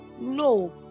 No